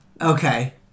Okay